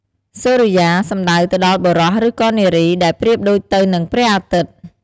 សូរិយា សំដៅទៅដល់បុរសឬក៏នារី ដែលប្រៀបដូចទៅនឹងព្រះអាទិត្យ។